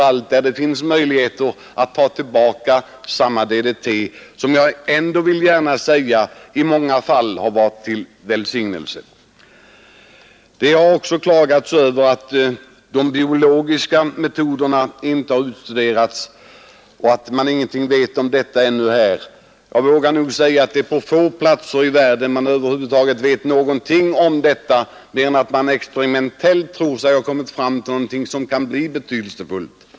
Nu försöker man överallt där möjligheter härtill finns att minska användningen av DDT, ett preparat som ändå i många fall varit till välsignelse. Det har också klagats över att de biologiska metoderna inte har utvärderats och att vi här i landet ännu ingenting vet om dessa metoder. Jag vågar nog säga att det är på ytterst få platser i världen som man över huvud taget vet någonting om dessa metoder, mer än att man experimentellt tror sig ha kommit fram till någonting som kan bli betydelsefullt.